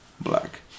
Black